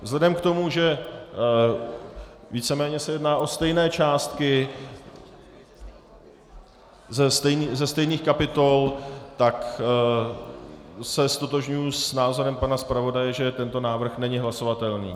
Vzhledem k tomu, že víceméně se jedná o stejné částky ze stejných kapitol, tak se ztotožňuji s názorem pana zpravodaje, že tento návrh není hlasovatelný.